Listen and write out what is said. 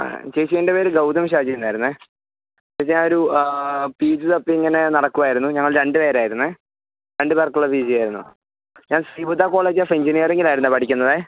ആ ചേച്ചി എൻ്റെ പേര് ഗൗതം ഷാജി എന്നായിരുന്നേ ചേച്ചി ഞാനൊരു പി ജി തപ്പി ഇങ്ങനെ നടക്കുവായിരുന്നു ഞങ്ങൾ രണ്ട് പേർ ആയിരുന്നേ രണ്ട് പേർക്കുള്ള പി ജി ആയിരുന്നു ഞാൻ ശിവദ കോളേജ് ഓഫ് എൻജിനീയറിങ്ങിൽ ആയിരുന്നേ പഠിക്കുന്നതേ